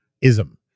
ism